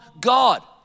God